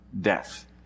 death